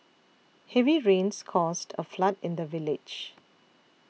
heavy rains caused a flood in the village